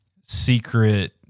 secret